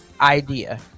idea